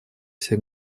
все